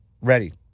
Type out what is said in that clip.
ready